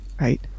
right